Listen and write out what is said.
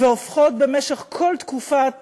והופכות במשך כל תקופת